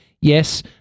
Yes